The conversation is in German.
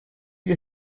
wir